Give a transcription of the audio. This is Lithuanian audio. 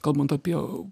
kalbant apie